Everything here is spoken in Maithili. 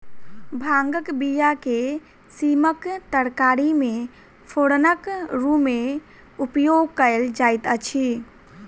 भांगक बीया के सीमक तरकारी मे फोरनक रूमे उपयोग कयल जाइत अछि